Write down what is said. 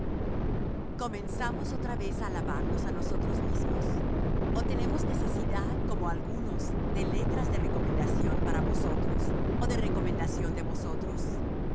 comenzamos otra vez á alabarnos á nosotros mismos ó tenemos necesidad como algunos de letras de recomendación para vosotros ó de recomendación de vosotros